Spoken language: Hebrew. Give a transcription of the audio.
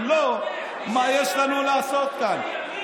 אם לא, מה יש לנו לעשות כאן?